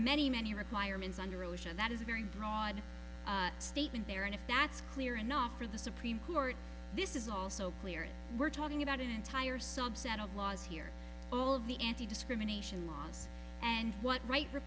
many many requirements under illusion that is a very broad statement there and if that's clear enough for the supreme court this is also clear we're talking about an entire subset of laws here all of the anti discrimination laws and what r